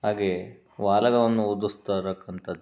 ಹಾಗೆಯೇ ಓಲಗವನ್ನು ಊದಿಸ್ತಾ ಇರ್ತಕ್ಕಂತದ್ದು